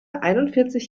einundvierzig